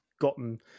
gotten